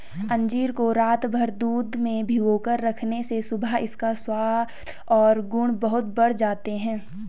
अंजीर को रातभर दूध में भिगोकर रखने से सुबह इसका स्वाद और गुण बहुत बढ़ जाते हैं